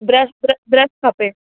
brush brush brush खपे